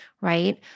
right